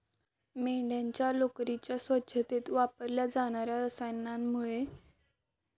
मेंढ्यांच्या लोकरीच्या स्वच्छतेत वापरल्या जाणार्या रसायनामुळे पर्यावरणालाही धोका निर्माण होतो